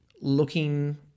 looking